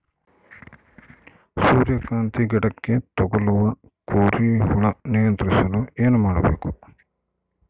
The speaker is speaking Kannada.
ಸೂರ್ಯಕಾಂತಿ ಗಿಡಕ್ಕೆ ತಗುಲುವ ಕೋರಿ ಹುಳು ನಿಯಂತ್ರಿಸಲು ಏನು ಮಾಡಬೇಕು?